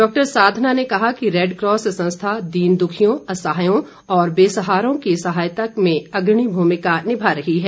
doctor Sadhana ने कहा कि रैडक्रॉस संस्था दीन दुखियों असहायों और बेसहारों की सहायता में अग्रणी भूमिका निभा रही है